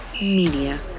Media